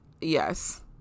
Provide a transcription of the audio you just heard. Yes